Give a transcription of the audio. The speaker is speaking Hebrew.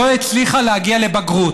לא הצליחה להגיע לבגרות.